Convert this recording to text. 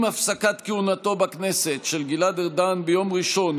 עם הפסקת כהונתו בכנסת של גלעד ארדן ביום ראשון,